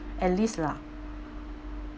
at least lah